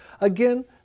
Again